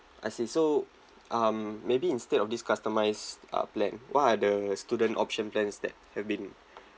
I see so um maybe instead of this customised uh plan what are the student option plans that have been